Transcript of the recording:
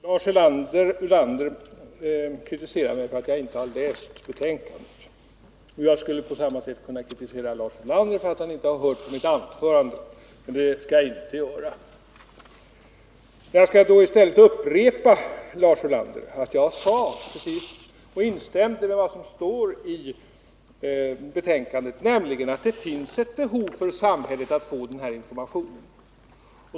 Herr talman! Lars Ulander kritiserade mig för att inte ha läst betänkandet. På samma sätt skulle jag kunna kritisera Lars Ulander för att han inte har lyssnat på mitt anförande, men det skall jag inte göra. I stället skall jag upprepa, Lars Ulander, att jag instämde i vad som står i betänkandet, nämligen att det finns ett behov för samhället att få den här informationen.